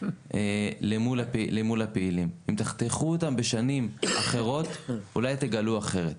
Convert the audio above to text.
אל מול הפעילים ואם אתם תחתכו אותם בשנים אחרות אולי אתם תגלו אחרת.